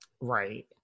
Right